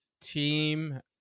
team